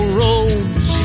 roads